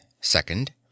Second